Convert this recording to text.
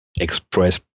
express